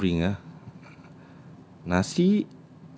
what did I bring ah nasi